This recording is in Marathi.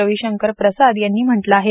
रविशंकर प्रसाद यांनी म्हटलं आहे